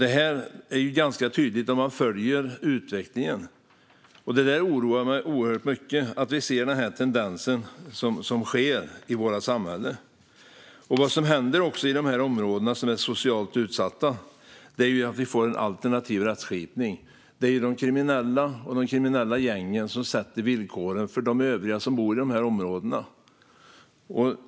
Det är ganska tydligt när man följer utvecklingen, och det oroar mig oerhört mycket att vi ser den tendensen i våra samhällen. Det som också händer i de socialt utsatta områdena är att vi får en alternativ rättskipning. Det är de kriminella och de kriminella gängen som sätter villkoren för övriga som bor i dessa områden.